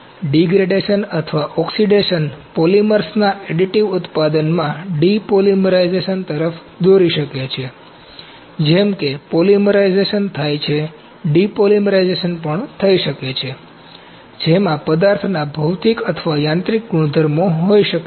તેથી ડિગ્રેડેશન અથવા ઓક્સિડેશન પોલિમર્સના અડિટીવ ઉત્પાદનમાં ડિપોલિમરાઇઝેશન તરફ દોરી શકે છે જેમ કે પોલિમરાઇઝેશન થાય છે ડિપોલિમરાઇઝેશન પણ થઈ શકે છે જેમાં પદાર્થના ભૌતિક અથવા યાંત્રિક ગુણધર્મો હોઈ શકે છે